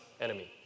enemy